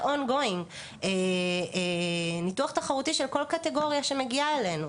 on going של כל קטגוריה שמגיעה אלינו.